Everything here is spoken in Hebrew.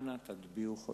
אנא, תטביעו חותם.